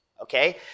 okay